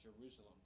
Jerusalem